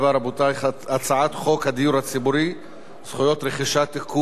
רבותי: הצעת חוק הדיור הציבורי (זכויות רכישה) (תיקון,